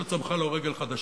שלא צמחה לו רגל חדשה.